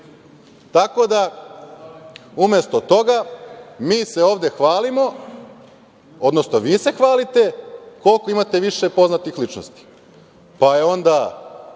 listi. Umesto toga, mi se ovde hvalimo, odnosno vi se hvalite koliko imate više poznatih ličnosti. Pa je onda